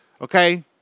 Okay